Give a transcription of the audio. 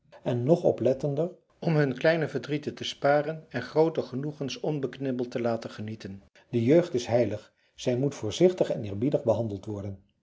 en nog oplettender om hun kleine verdrieten te sparen en groote genoegens onbeknibbeld te laten genieten de jeugd is heilig zij moet voorzichtig en eerbiedig behandeld worden